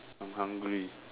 I'm hungry